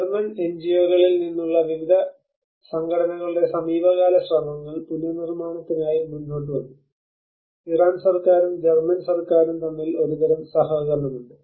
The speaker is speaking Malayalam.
ജർമ്മൻ എൻജിഒകളിൽ നിന്നുള്ള വിവിധ സംഘടനകളുടെ സമീപകാല ശ്രമങ്ങൾ പുനർനിർമ്മാണത്തിനായി മുന്നോട്ട് വന്നു ഇറാൻ സർക്കാരും ജർമ്മൻ സർക്കാരും തമ്മിൽ ഒരുതരം സഹകരണമുണ്ട്